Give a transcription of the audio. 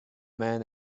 man